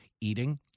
Eating